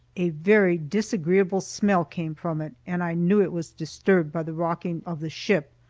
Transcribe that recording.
a very disagreeable smell came from it, and i knew it was disturbed by the rocking of the ship.